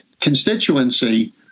constituency